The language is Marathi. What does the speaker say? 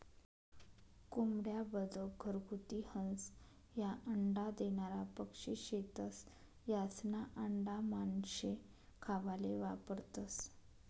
कोंबड्या, बदक, घरगुती हंस, ह्या अंडा देनारा पक्शी शेतस, यास्ना आंडा मानशे खावाले वापरतंस